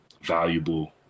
valuable